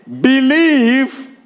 believe